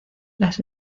las